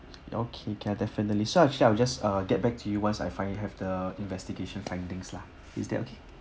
okay can definitely so actually I will just uh get back to you once I find you have the investigation findings lah is that okay